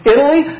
Italy